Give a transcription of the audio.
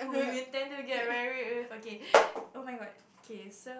who you intend to get married with okay oh-my-god K so